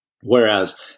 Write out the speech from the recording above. Whereas